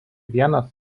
vienas